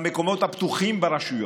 במקומות הפתוחים ברשויות,